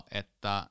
että